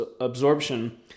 absorption